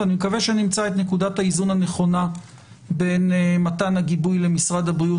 ואני מקווה שנמצא את נקודת האיזון הנכונה בין מתן הגיבוי למשרד הבריאות